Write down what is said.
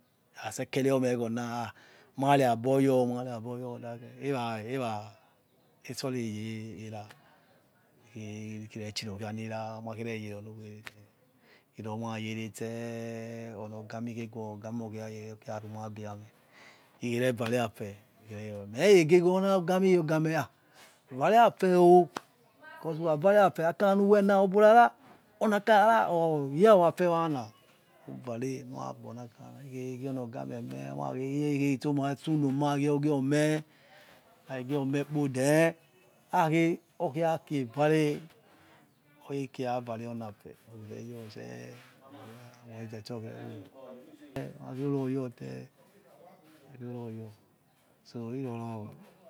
Muza oni emor nuyarurah ayor ukhe stor oni ewo ukhe your khu mie khi ona oruo ona ekhe ukhe ri rekhona ukhe rur urekho na oruona ure kho na re ru or ura ura reh emuraru oni one ewo ukha vare ewo emua emu reva re ewo rekha emuze vare ewo urayor khe eminakhe uvare ewo uyawa khi oni oviena oweneya akanyanina uri khoni akanya ru kheyari wena umie omore nike owena akania ni na wokhona numi wena ura ura reh onu ra wena wor so zeh so then ene khe geh teh oni ewo enekhe ge meh oni ewo eya mah eya ma ehh ebunewor chikei eya kerenurakererereh rogezeh iya chio obi reyqh reh iya nikhere ikherekere meyereo otsemeh yero uwereme iyatiobi serareh iya ya fotso owa owewe owa owe weh irageyerekpera mak herecoyor because nenirekhevare yamie meh erayor ah ikpeghoro nirareruematse vara ebu yere orarere them makheyq orariyor khereme ra etchi makhei ruro yerr onu were because era care era etsor rar eyor uwere nor oyawewe